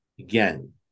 Again